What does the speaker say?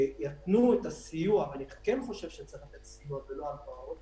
ויתנו את הסיוע אני כן חושב שצריך לתת סיוע ולא הלוואות